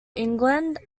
england